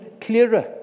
clearer